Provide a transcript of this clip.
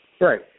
Right